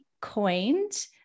coined